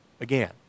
again